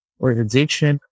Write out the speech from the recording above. organization